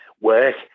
work